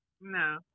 No